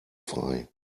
frei